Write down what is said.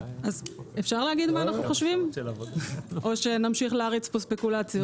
אפשר להגיד מה אנחנו חושבים או שנמשיך להריץ פה ספקולציות?